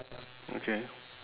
okay